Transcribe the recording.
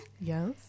Yes